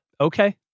Okay